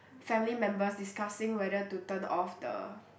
family members discussing whether to turn off the